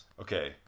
Okay